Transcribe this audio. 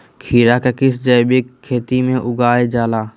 खीरा को किस जैविक खेती में उगाई जाला?